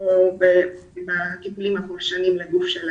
או לעשות טיפולים פולשניים בגופו של הילד.